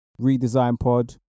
redesignpod